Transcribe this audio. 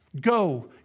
Go